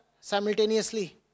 simultaneously